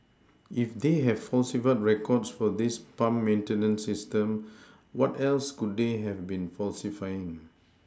if they have falsified records for this pump maintenance system what else could they have been falsifying